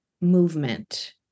movement